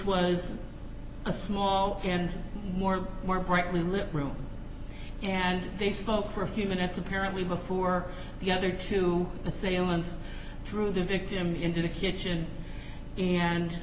was a small and more more brightly lit room and they spoke for a few minutes apparently before the other two assailants threw the victim into the kitchen and